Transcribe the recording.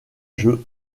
jeu